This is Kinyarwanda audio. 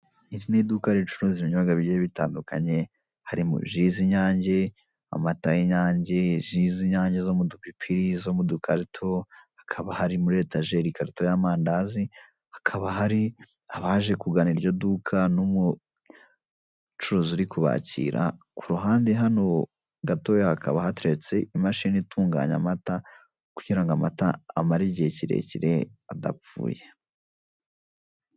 Iri ni iduka ricuruza ibinyobwa bigiye bitandukanye, harimo ji z'inyange, amata y'inyange, ji z'inyange zo mu dupipiri zo mu dukarito, hakaba hari muri etajeri ikarito y'amandazi, hakaba hari abaje kugana iryo duka n'umucuruzi uri kubakira ku ruhande hano gatoya hakaba hateretse imashini itunganya amata, kugirango amata amare igihe kirekire adapfuye.